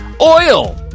Oil